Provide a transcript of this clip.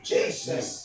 Jesus